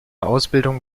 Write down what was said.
ausbildung